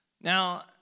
Now